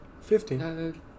fifteen